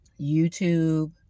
YouTube